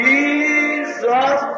Jesus